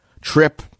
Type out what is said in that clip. trip